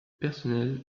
personnel